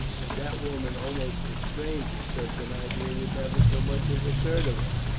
and that woman almost a stranger, such an idea would never so much as occur to us.